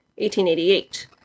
1888